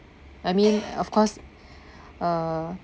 I mean of course uh